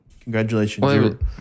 Congratulations